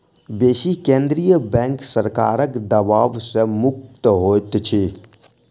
बेसी केंद्रीय बैंक सरकारक दबाव सॅ मुक्त होइत अछि